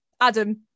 Adam